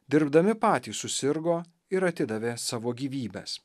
dirbdami patys susirgo ir atidavė savo gyvybes